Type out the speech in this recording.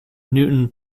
newton